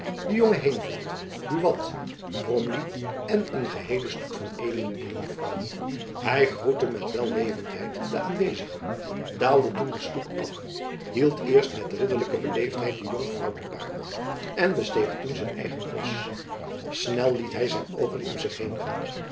den jongen heenvliet buat bromley en een geheelen stoet van edelen en jonkvrouwen hy groette met wellevendheid de aanwezigen daalde toen den stoep af hielp eerst met ridderlijke beleefdheid de jonkvrouw te paard en besteeg toen zijn eigen ros snel liet hy zijn oogen om zich